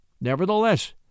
Nevertheless